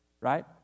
right